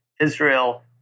Israel